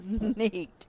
neat